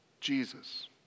Jesus